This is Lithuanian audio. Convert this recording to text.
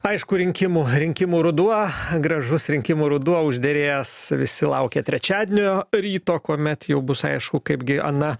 aišku rinkimų rinkimų ruduo gražus rinkimų ruduo užderėjęs visi laukia trečiadienio ryto kuomet jau bus aišku kaip gi ana